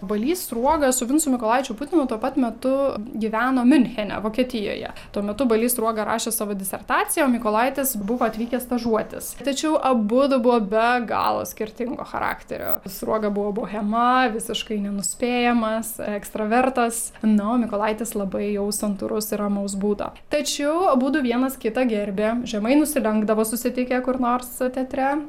balys sruoga su vincu mykolaičiu putinu tuo pat metu gyveno miunchene vokietijoje tuo metu balys sruoga rašė savo disertaciją o mykolaitis buvo atvykęs stažuotis tačiau abudu buvo be galo skirtingo charakterio sruoga buvo bohema visiškai nenuspėjamas ekstravertas na o mykolaitis labai jau santūrus ir ramaus būdo tačiau abudu vienas kitą gerbė žemai nusilenkdavo susitikę kur nors teatre